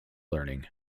learning